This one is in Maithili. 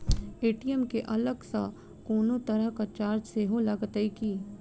ए.टी.एम केँ अलग सँ कोनो तरहक चार्ज सेहो लागत की?